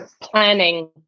planning